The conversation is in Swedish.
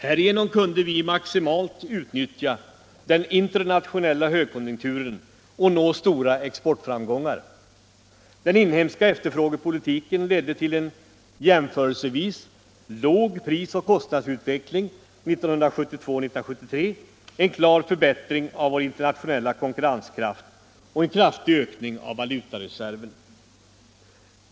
Härigenom kunde vi maximalt utnyttja den internationella högkonjunkturen och nå stora exportframgångar. Den inhemska efterfrågepolitiken ledde till en jämförelsevis låg prisoch kostnadsutveckling 1972 och 1973, en klar förbättring av vår internationella konkurrenskraft och en kraftig ökning av valutareserven.